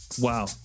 Wow